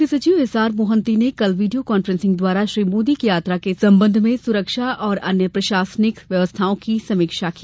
मुख्य सचिव S R Mohanty ने कल वीडियो कान्फ्रेंसिंग द्वारा श्री मोदी की यात्रा के संबंध में सुरक्षा और अन्य प्रशासनिक व्यवस्थाओं की समीक्षा की